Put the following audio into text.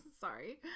Sorry